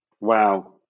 Wow